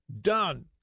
done